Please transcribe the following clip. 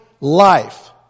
life